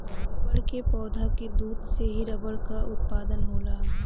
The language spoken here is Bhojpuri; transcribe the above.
रबड़ के पौधा के दूध से ही रबड़ कअ उत्पादन होला